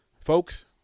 Folks